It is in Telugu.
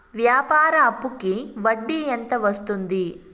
వ్యాపార అప్పుకి వడ్డీ ఎంత వస్తుంది?